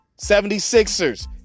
76ers